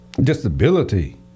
disability